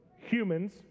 humans